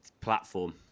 platform